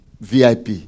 VIP